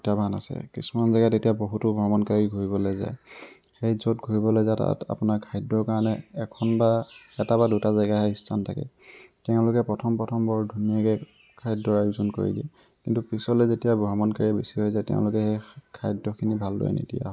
প্ৰত্যাহ্বান আছে কিছুমান জেগাত এতিয়া বহুতো ভ্ৰমণকাৰী ঘূৰিবলৈ যায় সেই য'ত ঘূৰিবলৈ যায় তাত আপোনাৰ খাদ্যৰ কাৰণে এখন বা এটা বা দুটা জেগাহে স্থান থাকে তেওঁলোকে প্ৰথম প্ৰথম বৰ ধুনীয়াকৈ খাদ্যৰ আয়োজন কৰি দিয়ে কিন্তু পিছলৈ যেতিয়া ভ্ৰমণকাৰী বেছি হৈ যায় তেওঁলোকে সেই খাদ্যখিনি ভালদৰে নিদিয়া হয়